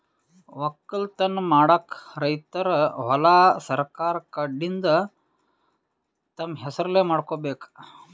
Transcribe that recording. ವಕ್ಕಲತನ್ ಮಾಡಕ್ಕ್ ರೈತರ್ ಹೊಲಾ ಸರಕಾರ್ ಕಡೀನ್ದ್ ತಮ್ಮ್ ಹೆಸರಲೇ ಮಾಡ್ಕೋಬೇಕ್